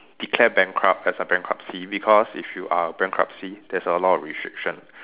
declare bankrupt as a bankruptcy because if you are bankruptcy there's a lot of restriction